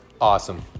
Awesome